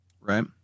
Right